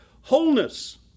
wholeness